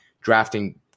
drafting